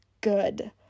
good